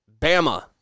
Bama